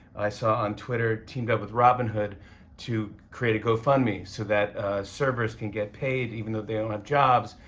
i saw on twitter, teamed up with robin hood to create a gofundme so that servers can get paid even though they don't have jobs.